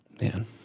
man